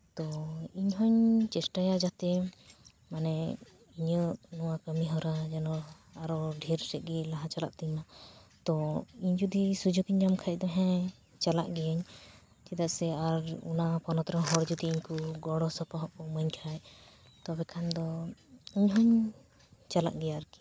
ᱛᱚ ᱤᱧ ᱦᱚᱸᱧ ᱪᱮᱥᱴᱟᱭᱟ ᱡᱟᱛᱮ ᱢᱟᱱᱮ ᱤᱧᱟᱹᱜ ᱱᱚᱶᱟ ᱠᱟᱹᱢᱤ ᱦᱚᱨᱟ ᱡᱮᱱᱚ ᱟᱨ ᱰᱷᱮᱨ ᱥᱮᱫ ᱜᱮ ᱞᱟᱦᱟ ᱪᱟᱞᱟᱜ ᱛᱤᱧᱢᱟ ᱛᱚ ᱤᱧ ᱡᱩᱫᱤ ᱥᱩᱡᱳᱜᱤᱧ ᱧᱟᱢ ᱠᱷᱟᱱ ᱫᱚ ᱦᱮᱸ ᱪᱟᱞᱟᱜ ᱜᱤᱭᱟᱹᱧ ᱪᱮᱫᱟᱜ ᱥᱮ ᱟᱨ ᱚᱱᱟ ᱯᱚᱱᱚᱛ ᱨᱮᱦᱚᱸ ᱦᱚᱲ ᱡᱩᱫᱤ ᱤᱧ ᱠᱚ ᱜᱚᱲᱚ ᱥᱚᱯᱚᱦᱚᱫᱠᱚ ᱤᱢᱟᱹᱧ ᱠᱷᱟᱱ ᱛᱚᱵᱮ ᱠᱷᱟᱱ ᱫᱚ ᱤᱧ ᱦᱚᱸᱧ ᱪᱟᱞᱟᱜ ᱜᱮᱭᱟ ᱟᱨᱠᱤ